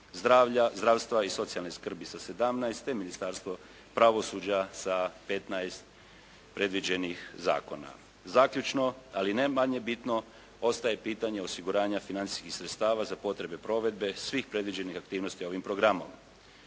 zdravstva i socijalne skrbi sa 17, te Ministarstvo pravosuđa sa 15 predviđenih zakona. Zaključno ali ne manje bitno ostaje pitanje osiguranja financijskih sredstava za potrebe provedbe svih predviđenih aktivnosti ovim programom.